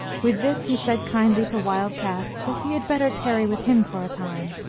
with this he said kindly to wild cat that he had better tarry with him for a time.